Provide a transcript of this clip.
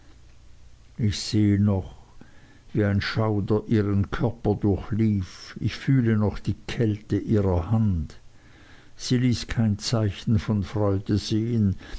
ich sehe noch wie ein schauder ihren körper durchlief ich fühle noch die kälte ihrer hand sie ließ kein zeichen von freude sehen